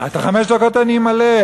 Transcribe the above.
את החמש דקות אני אמלא.